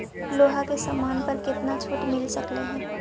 लोहा के समान पर केतना छूट मिल सकलई हे